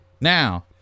Now